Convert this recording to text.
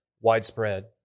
widespread